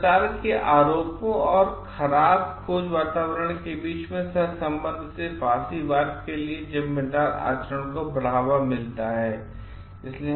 कदाचार के आरोपों और खराब खोज वातावरण के बीच सह सम्बन्ध से फ़ासीवाद के लिए जिम्मेदार आचरण को बढ़ावा मिलता है